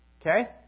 Okay